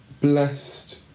blessed